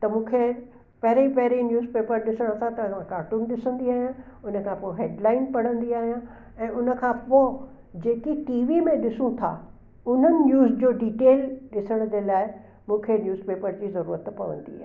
त मूंखे पहिरीं पहिरीं न्यूसपेपर ॾिसण सां त कार्टून ॾिसंदी आहियां उन खां पोइ हैडलाइन पढ़ंदी आहियां ऐं उन खां पोइ जेकी टीवी में ॾिसूं था उन्हनि जो डिटेल ॾिसण जे लाइ मूंखे न्यूसपेपर जी ज़रूरत पवंदी आहे